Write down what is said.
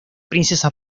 princesa